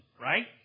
right